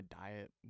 diet